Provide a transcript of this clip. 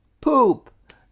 poop